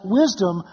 wisdom